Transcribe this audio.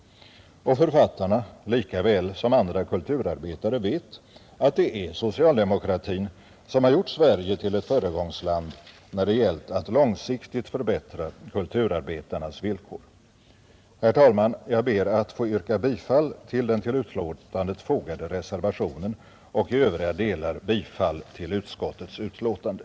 Och författarna lika väl som andra kulturarbetare vet att det är socialdemokratin som har gjort Sverige till ett föregångsland när det gällt att långsiktigt förbättra kulturarbetarnas villkor. Jag ber att få yrka bifall till den vid utlåtandet fogade reservationen och i övriga delar bifall till utskottets hemställan.